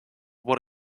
what